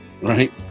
right